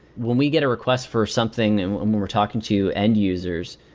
when we get a request for something and um when we're talking to end users,